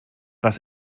was